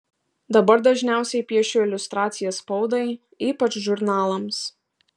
dabar dažniausiai piešiu iliustracijas spaudai ypač žurnalams